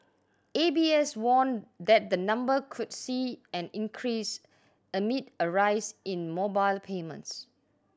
A B S warned that the number could see an increase amid a rise in mobile payments